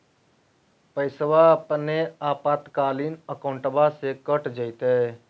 पैस्वा अपने आपातकालीन अकाउंटबा से कट जयते?